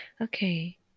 Okay